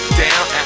down